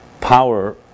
power